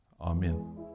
Amen